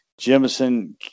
jemison